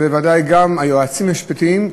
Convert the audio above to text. בוודאי גם היועצים המשפטיים,